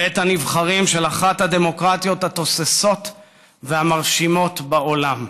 בית הנבחרים של אחת הדמוקרטיות התוססות והמרשימות בעולם.